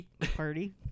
Party